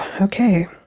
Okay